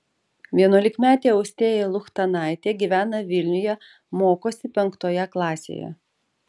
vienuolikmetė austėja luchtanaitė gyvena vilniuje mokosi penktoje klasėje